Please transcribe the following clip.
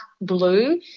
blue